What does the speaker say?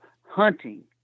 hunting